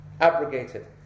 Abrogated